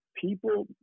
people